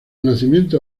nacimientos